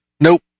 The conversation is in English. Nope